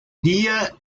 día